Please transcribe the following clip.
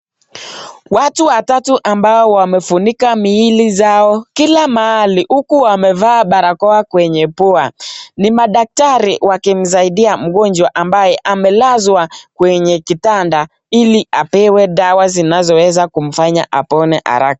Watu watatu ambao wamefunika miili zao kila mahali huku wamevaa barakoa kwenye pua. Ni madaktari wakimsaidia mgonjwa ambaye amelazwa kwenye kitanda ili apewe dawa zinayoweza kumfanya apone haraka.